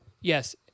Yes